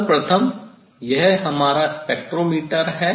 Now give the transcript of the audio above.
सर्वप्रथम यह हमारा स्पेक्ट्रोमीटर है